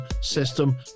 system